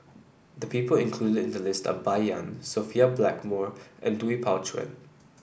the people included in the list are Bai Yan Sophia Blackmore and Lui Pao Chuen